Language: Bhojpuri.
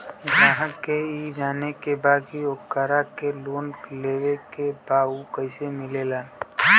ग्राहक के ई जाने के बा की ओकरा के लोन लेवे के बा ऊ कैसे मिलेला?